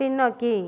பின்னோக்கி